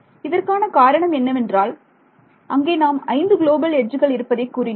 இதற்கான காரணம் என்னவென்றால் அங்கே நாம் ஐந்து குளோபல் எட்ஜுகள் இருப்பதை கூறினேன்